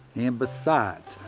and besides,